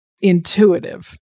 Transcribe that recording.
intuitive